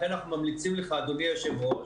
לכן אנחנו ממליצים לך, אדוני היושב-ראש,